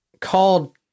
called